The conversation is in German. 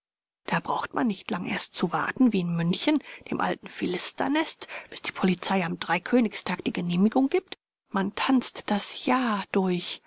da braucht man nicht lang erst zu warten wie in münchen dem alten philisternest bis die polizei am dreikönigstag die genehmigung gibt man tanzt das jahr durch